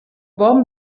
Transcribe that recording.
bon